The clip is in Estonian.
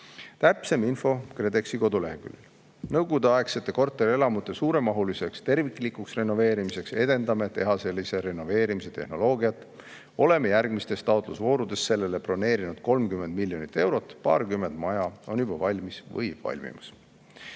Täpsem info on KredExi koduleheküljel. Nõukogude-aegsete korterelamute suuremahuliseks terviklikuks renoveerimiseks edendame tehaselise renoveerimise tehnoloogiat. Oleme järgmistes taotlusvoorudes sellele broneerinud 30 miljonit eurot, paarkümmend maja on juba valmis või valmimas.